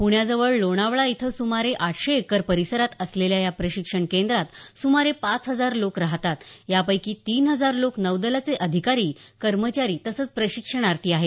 प्ण्याजवळ लोणावळा इथं सुमारे आठशे एकर परिसरात असलेल्या या प्रशिक्षण केंद्रात सुमारे पाच हजार लोक राहतात यापैकी तीन हजार लोक नौदलाचे अधिकारी कर्मचारी तसंच प्रशिक्षणार्थी आहेत